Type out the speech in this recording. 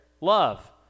love